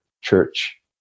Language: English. church